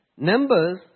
Numbers